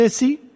see